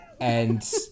and-